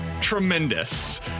tremendous